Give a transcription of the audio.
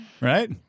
Right